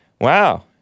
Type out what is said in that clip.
Wow